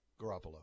Garoppolo